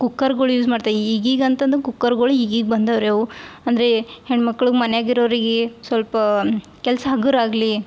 ಕುಕ್ಕರ್ಗಳು use ಮಾಡ್ತೇವೆ ಈಗೀಗ ಅಂತಂದು ಕುಕ್ಕರ್ಗಳು ಈಗೀಗ ಬಂದವೆ ರೀ ಅವು ಅಂದರೆ ಹೆಣ್ಮಕ್ಳಿಗೆ ಮನ್ಯಾಗ ಇರೋರಿಗೆ ಸ್ವಲ್ಪ ಕೆಲಸ ಹಗುರ ಆಗಲಿ